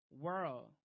world